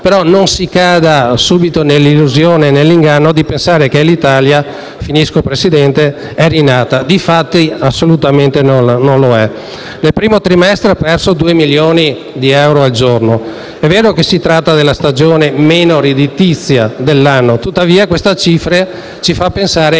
Non si cada però subito nell'illusione, nell'inganno di pensare che Alitalia sia rinata, perché assolutamente non lo è. Nel primo trimestre ha perso due milioni di euro al giorno. È vero che si tratta della stagione meno redditizia dell'anno, tuttavia questa cifra ci fa pensare